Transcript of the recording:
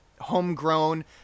homegrown